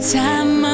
time